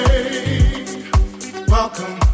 Welcome